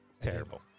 Terrible